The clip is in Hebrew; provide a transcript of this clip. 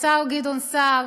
השר גדעון סער,